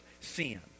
sin